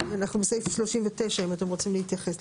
אנחנו בסעיף 39 אם אתם רוצים להתייחס.